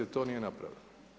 To nije napravila.